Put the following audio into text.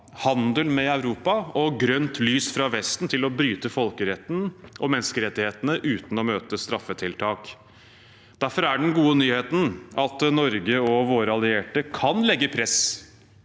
handel med Europa og grønt lys fra Vesten til å bryte folkeretten og menneskerettighetene uten å møte straffetiltak. Derfor er den gode nyheten at Norge og våre allierte kan legge press